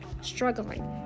struggling